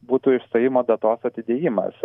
būtų išstojimo datos atidėjimas